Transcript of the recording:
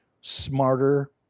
smarter